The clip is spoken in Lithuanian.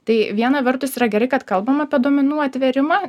tai viena vertus yra gerai kad kalbam apie duomenų atvėrimą